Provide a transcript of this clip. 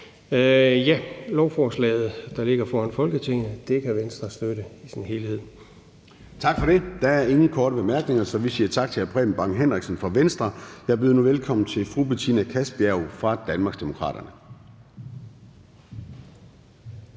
Det lovforslag, der ligger foran Folketinget, kan Venstre støtte i dets helhed. Kl. 14:12 Formanden (Søren Gade): Der er ikke flere korte bemærkninger, så vi siger tak til hr. Preben Bang Henriksen fra Venstre. Jeg byder nu velkommen til fru Betina Kastbjerg fra Danmarksdemokraterne.